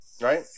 Right